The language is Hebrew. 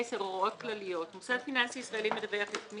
"הוראות כלליות מוסד פיננסי ישראלי מדווח יטמיע